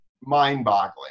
mind-boggling